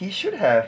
he should have